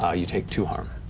ah you take two harm.